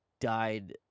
died